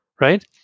right